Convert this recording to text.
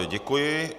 Děkuji.